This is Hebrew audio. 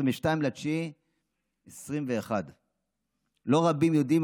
22 בספטמבר 2021. לא רבים יודעים,